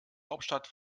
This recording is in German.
hauptstadt